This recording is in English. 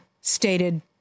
stated